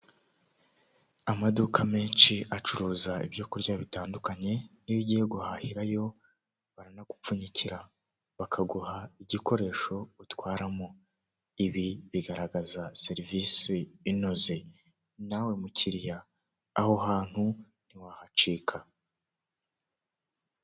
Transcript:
Amaduka menshi acuruza ibyokurya bitandukanye iyo ugiye guhahirayo baranagupfunyikira bakaguha igikoresho utwaramo, ibi bigaragaza serivisi inoze. Nawe mukiriya aho hantu ntiwahacika.